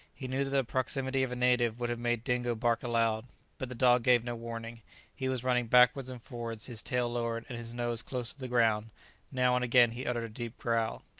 he knew that the proximity of a native would have made dingo bark aloud but the dog gave no warning he was running backwards and forwards, his tail lowered and his nose close to the ground now and again he uttered a deep growl.